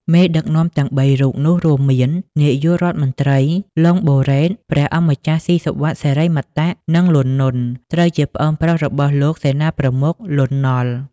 មេដឹកនាំទាំង ៣ រូបនោះរួមមាន នាយករដ្ឋមន្ត្រី ឡុង បូរ៉េត ព្រះអង្គម្ចាស់ ស៊ីសុវត្ថិ សិរិមតៈ និង លន់ ណុន ត្រូវជាប្អូនប្រុសរបស់លោកសេនាប្រមុខ លន់ នល់។